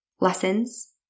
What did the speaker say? lessons